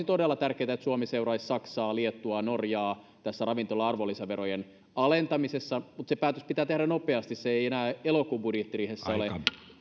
todella tärkeätä että suomi seuraisi saksaa liettuaa ja norjaa tässä ravintolan arvonlisäverojen alentamisessa mutta se päätös pitää tehdä nopeasti se ei enää elokuun budjettiriihessä ole